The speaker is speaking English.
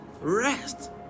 rest